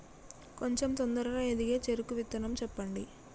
కొంచం తొందరగా ఎదిగే చెరుకు విత్తనం చెప్పండి?